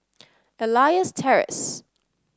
Elias Terrace